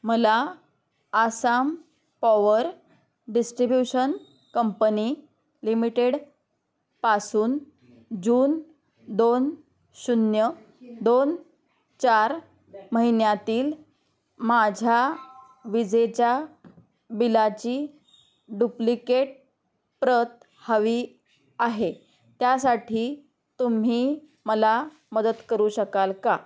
मला Assam power distribution company limited पासून जून दोन शून्य दोन चार महिन्यातील माझ्या विजेच्या बिलाची डुप्लिकेट प्रत हवी आहे त्यासाठी तुम्ही मला मदत करू शकाल का